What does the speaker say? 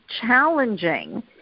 challenging